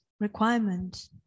requirement